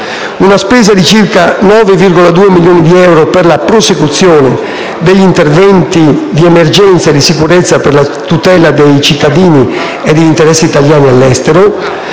una spesa di circa 9,2 milioni di euro per la prosecuzione degli interventi di emergenza e di sicurezza per la tutela dei cittadini e degli interessi italiani all'estero